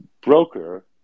broker